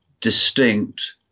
distinct